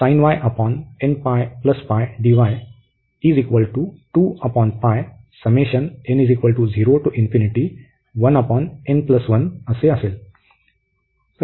तर आपल्याकडे आहे